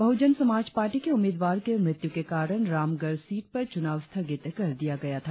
बहुजन Samaj party के उम्मीदवार की मृत्यु के कारण रामगढ़ सीट पर चुनाव स्थगित कर दिया गया था